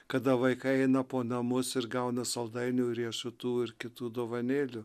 kada vaikai eina po namus ir gauna saldainių riešutų ir kitų dovanėlių